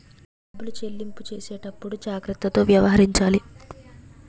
డబ్బులు చెల్లింపు చేసేటప్పుడు జాగ్రత్తతో వ్యవహరించాలి